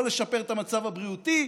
לא לשפר את המצב הבריאותי,